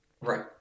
Right